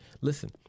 Listen